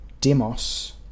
Demos